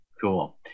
Cool